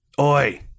Oi